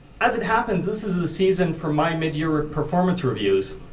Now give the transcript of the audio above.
as it happens, this is the season for my midyear performance review.